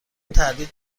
تردید